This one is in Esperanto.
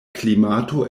klimato